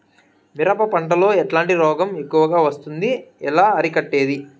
మిరప పంట లో ఎట్లాంటి రోగం ఎక్కువగా వస్తుంది? ఎలా అరికట్టేది?